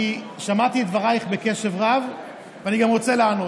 שמעתי את דברייך בקשב רב ואני גם רוצה לענות.